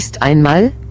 einmal